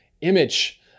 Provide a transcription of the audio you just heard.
image